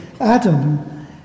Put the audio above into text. Adam